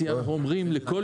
אנחנו אומרים לכל